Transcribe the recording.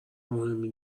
مهمی